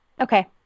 Okay